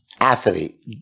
athlete